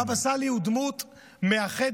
הבבא סאלי הוא דמות מאחדת,